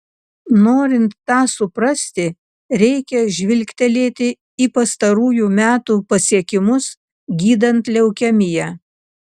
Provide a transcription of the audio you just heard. norint tą suprasti reikia žvilgtelėti į pastarųjų metų pasiekimus gydant leukemiją